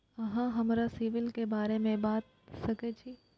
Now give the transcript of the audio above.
अहाँ हमरा सिबिल के बारे में बता सके छी?